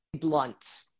blunt